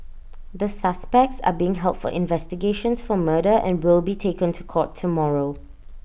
the suspects are being held for investigations for murder and will be taken to court tomorrow